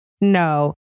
No